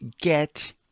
get